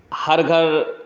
हर घर